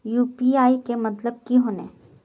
UPI के मतलब की होने?